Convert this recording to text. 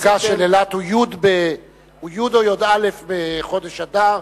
יום חגה של אילת הוא י' או י"א בחודש אדר,